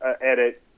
edit